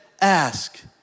ask